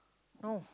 no